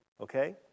Okay